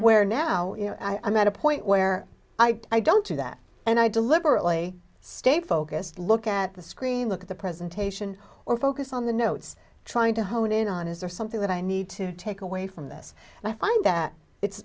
where now i'm at a point where i don't do that and i deliberately stay focused look at the screen look at the presentation or focus on the notes trying to hone in on is there something that i need to take away from this and i find that it's